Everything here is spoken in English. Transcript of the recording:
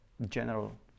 general